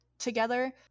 Together